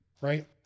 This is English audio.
Right